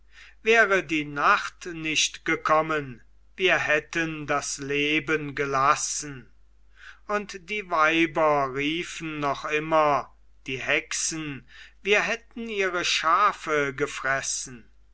wäre die nacht nicht gekommen wir hätten das leben gelassen und die weiber riefen noch immer die hexen wir hätten ihre schafe gefressen